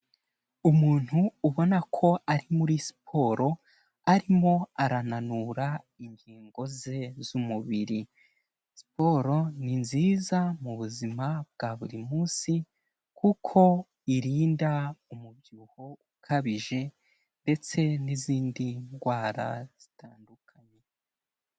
Umuntu ubona ko ari muri siporo, arimo arananura ingingo ze z'umubiri. Siporo ni nziza mu buzima bwa buri munsi kuko irinda umubyibuho ukabije, ndetse n'izindi ndwara zitandukanye.